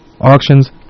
auctions